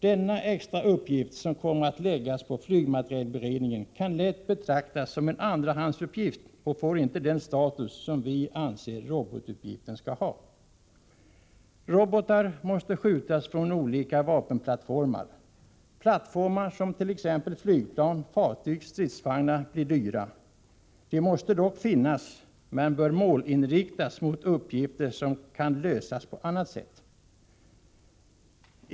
Denna extra uppgift, som kommer att läggas på flygmaterielberedningen, kan lätt betraktas som en andrahandsuppgift och får inte den status som vi anser att robotuppgiften skall ha. Robotar måste skjutas från olika vapenplattformar. Sådana plattformar som t.ex. flygplan, fartyg och stridsvagnar blir dyra. De måste dock finnas, men bör målinriktas mot uppgifter som inte kan lösas på annat sätt.